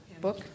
book